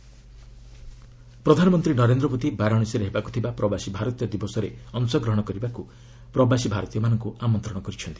PM ଯୋଗା ପ୍ରଧାନମନ୍ତ୍ରୀ ନରେନ୍ଦ୍ର ମୋଦି ବାରାଣସୀରେ ହେବାକୃ ଥିବା ପ୍ରବାସୀ ଭାରତୀୟ ଦିବସରେ ଅଂଶଗ୍ରହଣ କରିବାକୁ ପ୍ରବାସୀ ଭାରତୀୟମାନଙ୍କୁ ଆମନ୍ତଣ କରିଛନ୍ତି